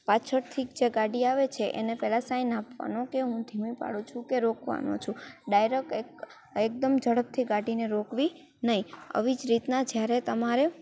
પાછળથી જે ગાડી આવે છે એને પહેલાં સાઇન આપવાનું કે હું ધીમી પાડું છું કે રોકવાનો છું ડાયરેક એક એકદમ ઝડપથી ગાડીને રોકવી નહીં આવી જ રીતના જ્યારે તમારે